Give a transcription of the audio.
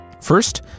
First